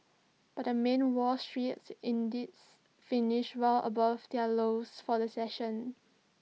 but the main wall street indices finished well above their lows for the session